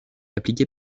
appliquée